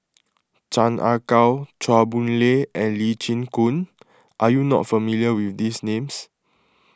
Chan Ah Kow Chua Boon Lay and Lee Chin Koon are you not familiar with these names